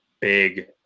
Big